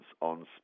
on